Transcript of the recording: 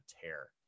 tear